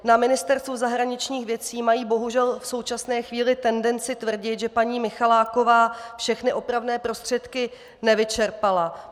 Na Ministerstvu zahraničních věcí mají bohužel v současné chvíli tendenci tvrdit, že paní Michaláková všechny opravné prostředky nevyčerpala.